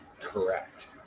correct